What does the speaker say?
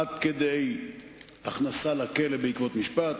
עד כדי הכנסה לכלא בעקבות משפט.